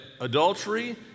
adultery